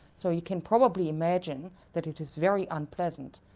so you can probably imagine that it is very unpleasant.